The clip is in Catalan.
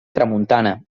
tramuntana